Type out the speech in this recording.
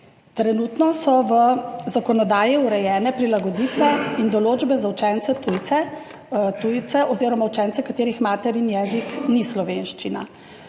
Trenutno so v zakonodaji urejene prilagoditve in določbe za učence tujce oziroma učence, katerih materni jezik ni slovenščina.